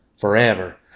forever